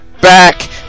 back